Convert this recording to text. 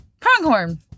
Pronghorn